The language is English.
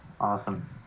Awesome